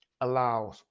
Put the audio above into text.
allows